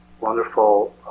wonderful